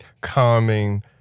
calming